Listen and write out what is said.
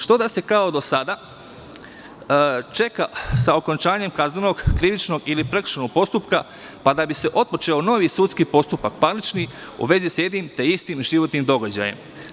Što da se kao do sada čeka sa okončanjem kaznenog, krivičnog ili prekršajnog postupka da bi se otpočeo novi sudski postupak, parnični, u vezi sa jednim te istim životnim događajem?